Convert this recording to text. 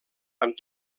amb